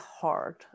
hard